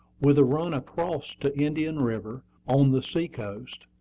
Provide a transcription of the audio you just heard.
with a run across to indian river, on the sea-coast,